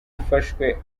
ufashwe